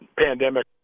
pandemic